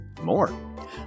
more